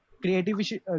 creativity